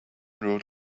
rode